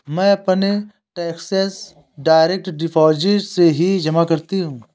मैं अपने taxes direct deposit से ही जमा करती हूँ